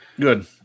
Good